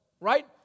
right